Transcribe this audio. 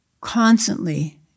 constantly